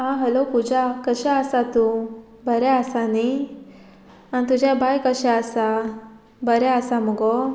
आं हॅलो पुजा कशें आसा तूं बरें आसा न्ही आनी तुजे बाय कशें आसा बरें आसा मुगो